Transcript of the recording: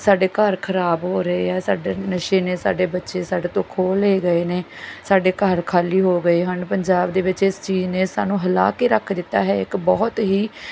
ਸਾਡੇ ਘਰ ਖਰਾਬ ਹੋ ਰਹੇ ਆ ਸਾਡੇ ਨਸ਼ੇ ਨੇ ਸਾਡੇ ਬੱਚੇ ਸਾਡੇ ਤੋਂ ਖੋਹ ਲਏ ਗਏ ਨੇ ਸਾਡੇ ਘਰ ਖਾਲੀ ਹੋ ਗਏ ਹਨ ਪੰਜਾਬ ਦੇ ਵਿੱਚ ਇਸ ਚੀਜ਼ ਨੇ ਸਾਨੂੰ ਹਿਲਾ ਕੇ ਰੱਖ ਦਿੱਤਾ ਹੈ ਇੱਕ ਬਹੁਤ ਹੀ